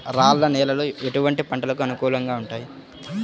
రాళ్ల నేలలు ఎటువంటి పంటలకు అనుకూలంగా ఉంటాయి?